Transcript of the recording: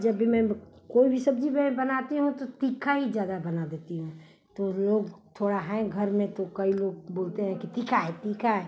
जब भी मैं कोई भी सब्ज़ी मैं बनाती हूँ तो तीखी ही ज़्यादा बना देती हूँ तो लोग थोड़ा हैं घर में तो कई लोग बोलते हैं कि तीखी है तीखी है